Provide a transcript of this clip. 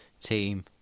Team